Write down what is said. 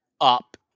up